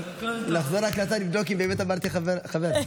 נחזור להקלטה לבדוק אם באמת אמרתי "חבר הכנסת",